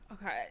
Okay